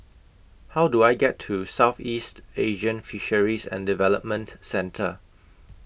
How Do I get to Southeast Asian Fisheries and Development Centre